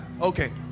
okay